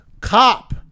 cop